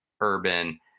urban